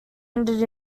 ended